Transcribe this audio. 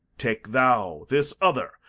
take thou this other,